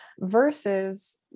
Versus